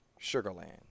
Sugarland